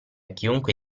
chiunque